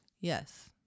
Yes